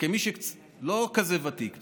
כמי שלא כזה ותיק בסדר,